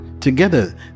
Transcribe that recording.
Together